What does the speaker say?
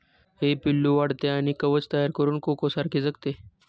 हे पिल्लू वाढते आणि कवच तयार करून कोकोसारखे जगते